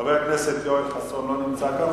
חבר הכנסת יואל חסון, לא נמצא כאן.